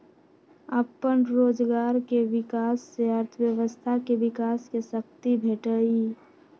अप्पन रोजगार के विकास से अर्थव्यवस्था के विकास के शक्ती भेटहइ